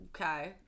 Okay